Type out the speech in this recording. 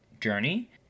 journey